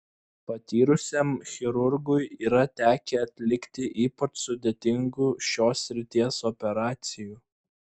patyrusiam chirurgui yra tekę atlikti ypač sudėtingų šios srities operacijų